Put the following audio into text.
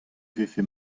vefe